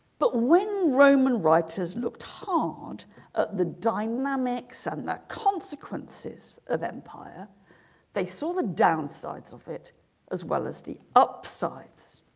but when roman writers looked hard the dynamics and that consequences of empire they saw the downsides of it as well as the upsize